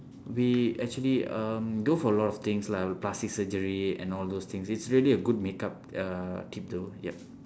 we actually um do a lot of things lah plastic surgery and all those things it's really a good makeup uh tip though yup